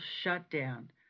shutdown